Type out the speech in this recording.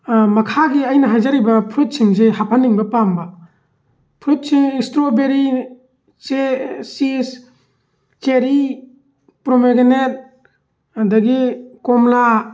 ꯃꯈꯥꯒꯤ ꯑꯩꯅ ꯍꯥꯏꯖꯔꯤꯕ ꯐ꯭ꯔꯨꯏꯠꯁꯤꯡꯁꯦ ꯍꯥꯞꯍꯟꯅꯤꯡꯕ ꯄꯥꯝꯕ ꯐ꯭ꯔꯨꯏꯠꯁꯤ ꯏꯁꯇ꯭ꯔꯣꯕꯦꯔꯤ ꯆꯤꯁ ꯆꯦꯔꯤ ꯄ꯭ꯔꯣꯃꯦꯒꯅꯦꯠ ꯑꯗꯒꯤ ꯀꯣꯝꯂꯥ